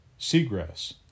seagrass